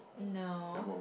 no